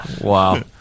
Wow